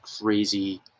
crazy